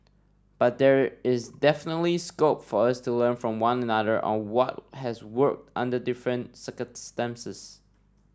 but there is definitely scope for us to learn from one another on what has worked under different circumstances